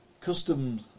Custom